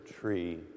tree